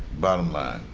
bottom line.